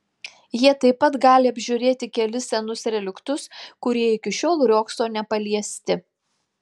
jie taip pat gali apžiūrėti kelis senus reliktus kurie iki šiol riogso nepaliesti